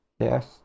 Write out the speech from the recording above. Yes